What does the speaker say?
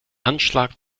anschlag